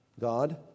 God